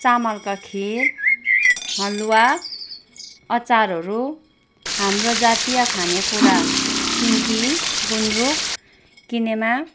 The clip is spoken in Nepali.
चामलका खिर हलुवा अचारहरू हाम्रो जातीय खानेकुरा सिन्की गुन्द्रुक किनेमा